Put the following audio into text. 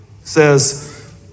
says